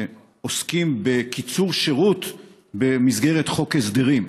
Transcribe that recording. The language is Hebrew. שעוסקים בקיצור שירות במסגרת חוק הסדרים,